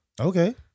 Okay